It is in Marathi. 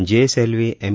GSLV M